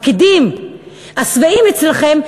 הפקידים השבעים אצלכם,